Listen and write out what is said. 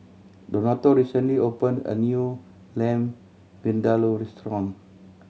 Donato recently opened a new Lamb Vindaloo restaurant